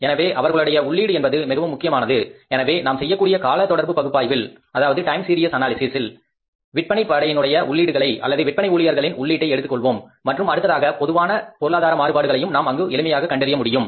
எனவே அவர்களுடைய உள்ளீடு என்பது மிகவும் முக்கியமானது எனவே நாம் செய்யக் கூடிய கால தொடர் பகுப்பாய்வில் விற்பனை படையினுடைய உள்ளீடுகளை அல்லது விற்பனை ஊழியர்களின் உள்ளீட்டை எடுத்துக்கொள்வோம் மற்றும் அடுத்ததாக பொதுவான பொருளாதார மாறுபாடுகளையும் நாம் அங்கு எளிமையாக கண்டறிய முடியும்